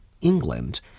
England